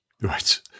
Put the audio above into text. right